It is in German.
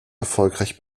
erfolgreich